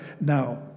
Now